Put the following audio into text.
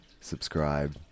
Subscribe